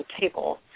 table